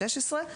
16,